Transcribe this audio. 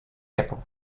apple